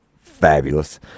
fabulous